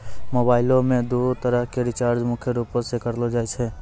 मोबाइलो मे दू तरह के रीचार्ज मुख्य रूपो से करलो जाय छै